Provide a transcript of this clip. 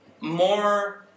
more